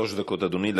שלוש דקות, אדוני.